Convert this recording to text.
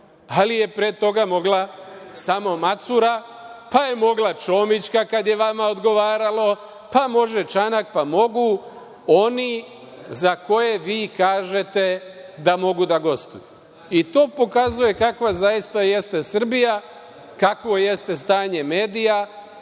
ali je pre toga mogla samo Macura, pa je mogla Čomićka, kad je vama odgovaralo, pa može Čanak, pa mogu oni za koje vi kažete da mogu da gostuju. To pokazuje kakva zaista jeste Srbija, kakvo jeste stanje medija